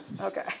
okay